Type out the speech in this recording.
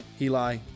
Eli